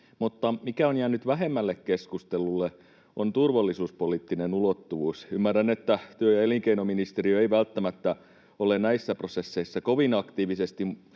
Mutta mikä on jäänyt vähemmälle keskustelulle, on turvallisuuspoliittinen ulottuvuus. Ymmärrän, että työ- ja elinkeinoministeriö ei välttämättä ole näissä prosesseissa kovin aktiivisesti